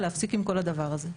להפסיק עם כל הדבר הזה.